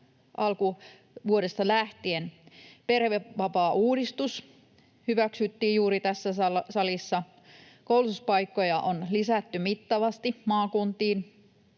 alkuvuodesta lähtien. Perhevapaauudistus hyväksyttiin juuri tässä salissa. Koulutuspaikkoja on lisätty mittavasti maakuntiin.